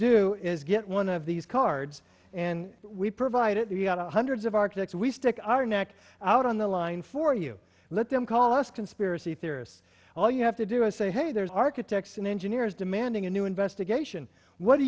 do is get one of these cards and we provide it the out of hundreds of architects we stick our neck out on the line for you let them call us conspiracy theorists all you have to do is say hey there's architects and engineers demanding a new investigation what do